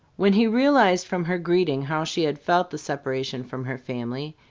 when he realized from her greeting how she had felt the separation from her family,